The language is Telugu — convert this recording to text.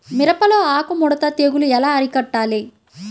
మిరపలో ఆకు ముడత తెగులు ఎలా అరికట్టాలి?